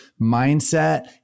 mindset